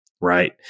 right